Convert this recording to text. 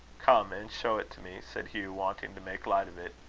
come and show it to me, said hugh, wanting to make light of it.